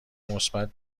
مثبت